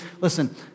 Listen